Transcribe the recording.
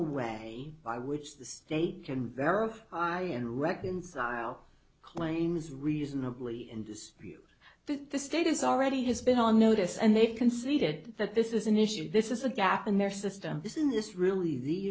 a way by which the state can verify and reconcile claims reasonably and does the state is already has been on notice and they've conceded that this is an issue this is a gap in their system this isn't this really the